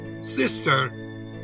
sister